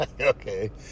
Okay